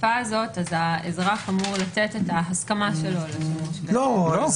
בתקופה הזאת האזרח אמור לתת את ההסכמה שלו לשמור --- לא.